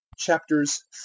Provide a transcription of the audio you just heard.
Chapters